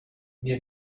wir